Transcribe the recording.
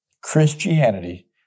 Christianity